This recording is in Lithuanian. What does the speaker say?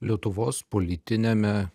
lietuvos politiniame